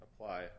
apply